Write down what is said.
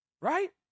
Right